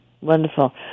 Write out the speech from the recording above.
wonderful